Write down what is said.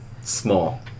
small